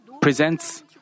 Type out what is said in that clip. presents